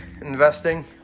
investing